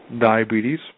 diabetes